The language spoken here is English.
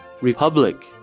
Republic